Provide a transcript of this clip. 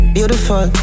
Beautiful